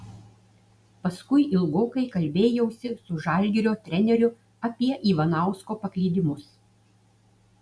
paskui ilgokai kalbėjausi su žalgirio treneriu apie ivanausko paklydimus